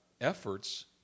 efforts